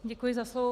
Děkuji za slovo.